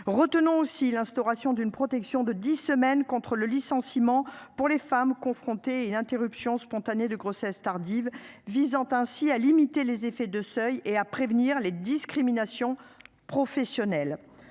Retenons aussi l'instauration d'une protection de 10 semaines contre le licenciement pour les femmes confrontées et interruptions spontanées de grossesse tardive visant ainsi à limiter les effets de seuil et à prévenir les discriminations. Professionnelles